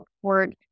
support